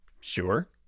Sure